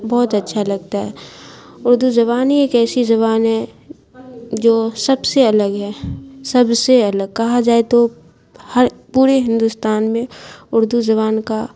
بہت اچھا لگتا ہے اردو زبان ہی ایک ایسی زبان ہے جو سب سے الگ ہے سب سے الگ کہا جائے تو ہر پورے ہندوستان میں اردو زبان کا